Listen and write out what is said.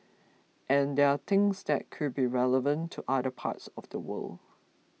and there things that could be relevant to other parts of the world